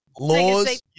Laws